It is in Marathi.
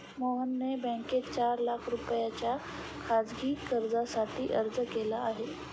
मोहनने बँकेत चार लाख रुपयांच्या खासगी कर्जासाठी अर्ज केला आहे